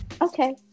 Okay